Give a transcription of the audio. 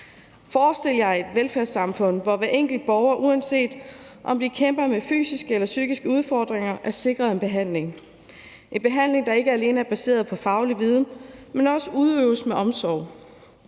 Forestil jer et velfærdssamfund, hvor hver enkelt borger, uanset om vi kæmper med fysiske eller psykiske udfordringer, er sikret en behandling – en behandling, der ikke alene er baseret på faglig viden, men også udøves med omsorg.